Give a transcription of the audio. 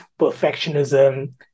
perfectionism